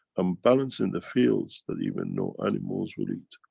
um balancing the fields, that even no animals will eat.